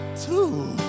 two